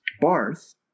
Barth